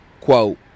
Quote